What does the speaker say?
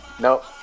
Nope